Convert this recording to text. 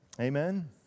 Amen